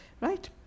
right